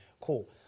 Cool